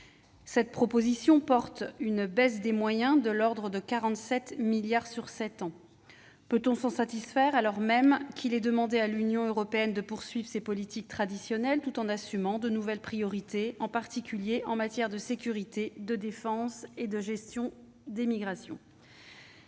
Cette proposition suppose une baisse des moyens de l'ordre de 47 milliards d'euros sur sept ans. Peut-on s'en satisfaire, alors même qu'il est demandé à l'Union européenne de poursuivre ses politiques traditionnelles tout en assumant de nouvelles priorités, en particulier en matière de sécurité, de défense et de gestion des migrations ?